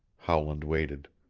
howland waited.